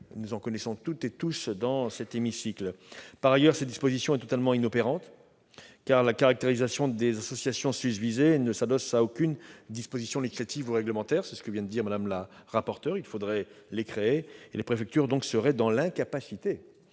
Nous en connaissons tous dans cet hémicycle. Par ailleurs, le dispositif proposé est totalement inopérant, car la caractérisation des associations susvisées ne s'adosse à aucune disposition législative ou réglementaire, comme vient de le dire Mme la rapporteur. Il faudrait donc les créer. Les préfectures seraient dans l'incapacité